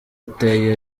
ateye